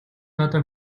гадаа